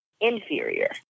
inferior